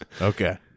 Okay